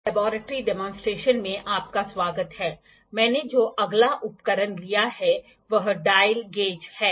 laboratory demonstration में आपका स्वागत है मैंने जो अगला उपकरण लिया है वह डायल गेज है